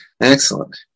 excellent